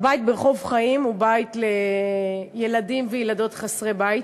הבית ברחוב חיים הוא בית לילדים וילדות חסרי בית.